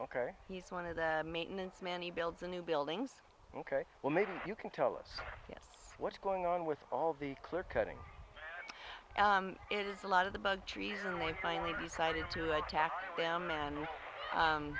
ok he's one of the maintenance man he builds a new buildings ok well maybe you can tell us what's going on with all the clear cutting it is a lot of the bug trees and we finally decided to attack them and